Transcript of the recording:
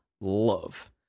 love